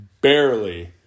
barely